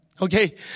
okay